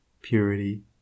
purity